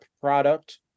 product